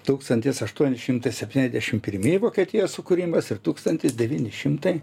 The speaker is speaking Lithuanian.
tūkstantis aštuoni šimtai septyniasdešim pirmi vokietijos sukūrimas ir tūkstantis devyni šimtai